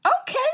Okay